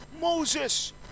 Moses